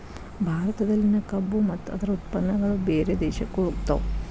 ಭಾರತದಲ್ಲಿನ ಕಬ್ಬು ಮತ್ತ ಅದ್ರ ಉತ್ಪನ್ನಗಳು ಬೇರೆ ದೇಶಕ್ಕು ಹೊಗತಾವ